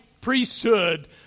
priesthood